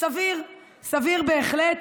סביר בהחלט